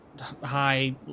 high